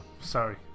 Sorry